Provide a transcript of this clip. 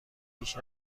پیش